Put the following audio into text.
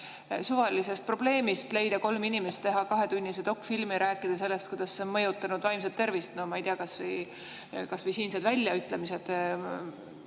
suvalise probleemi puhul leida kolm inimest, teha kahetunnise dokfilmi, rääkida, kuidas see on mõjutanud vaimset tervist. No ma ei tea, kas või siinsed väljaütlemised